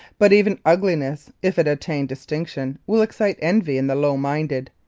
but even ugliness, if it attain distinction, will excite envy in the low-minded.